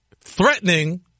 threatening